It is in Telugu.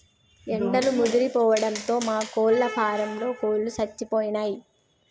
ఎండలు ముదిరిపోవడంతో మా కోళ్ళ ఫారంలో కోళ్ళు సచ్చిపోయినయ్